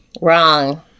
wrong